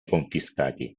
confiscati